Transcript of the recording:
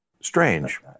Strange